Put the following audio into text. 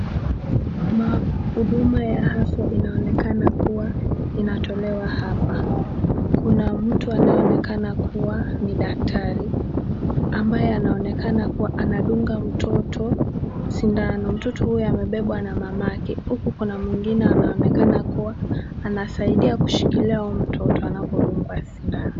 Huduma ya afya inaonekana kuwa inatolewa hapa. Kuna mtu anayeonekana kuwa ni daktari ambaye anaonekana kua anadunga mtoto sindano. Mtoto huyu amebebwa na mamake huku kuna mwingine anaonekana kua anasaidia kushikilia huyo mtoto anapodungwa sindano.